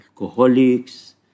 alcoholics